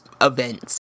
events